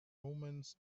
omens